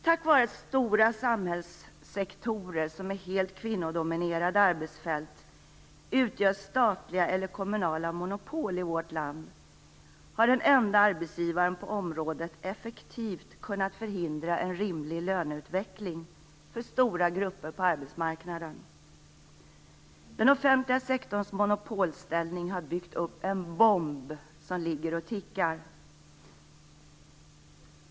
Tack vare att stora samhällssektorer, som är helt kvinnodominerade arbetsfält, utgör statliga eller kommunala monopol i vårt land har den ende arbetsgivaren på området effektivt kunnat förhindra en rimlig löneutveckling för stora grupper på arbetsmarknaden. Den offentliga sektorns monopolställning har byggt upp en bomb som ligger och tickar.